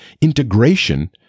integration